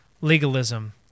legalism